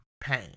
pain